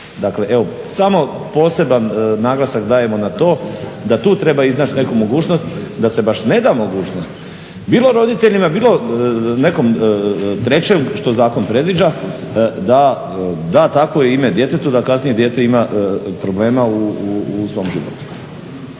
Dakle, evo samo poseban naglasak dajemo na to da tu treba iznaći neku mogućnost da se baš ne da mogućnost bilo roditeljima bilo nekom trećem što zakon predviđa da da takvo ime djetetu da kasnije dijete ima problema u svom životu.